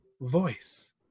voice